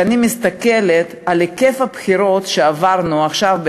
כשאני מסתכלת על היקף הבחירות שעברנו עכשיו,